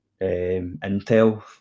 intel